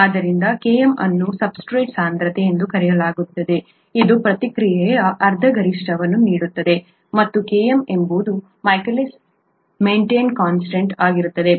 ಆದ್ದರಿಂದ Km ಅನ್ನು substrate ಸಾಂದ್ರತೆ ಎಂದು ಕರೆಯಲಾಗುತ್ತದೆ ಇದು ಪ್ರತಿಕ್ರಿಯೆಯ ಅರ್ಧ ಗರಿಷ್ಟ ದರವನ್ನು ನೀಡುತ್ತದೆ ಮತ್ತು Km ಎಂಬುದು ಮೈಕೆಲಿಸ್ ಮೆಂಟನ್ ಕೋನ್ಸ್ಟಂಟ್ ಆಗಿರುತ್ತದೆ